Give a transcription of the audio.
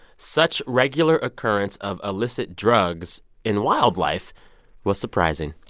such regular occurrence of illicit drugs in wildlife was surprising.